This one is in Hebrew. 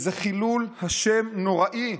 זה חילול השם נוראי,